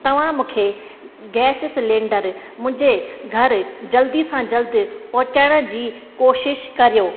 तव्हां मूंखे gas cylinder मुंहिंजे घरु जल्दी सां जल्दी पहुचाइण जी कोशिशि करियो